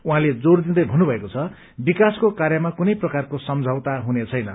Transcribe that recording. उहाँले जोर दिँदै भन्नुभएको छ विकासको कार्यमा कुनै प्रकारको सम्झौता हुनेछैन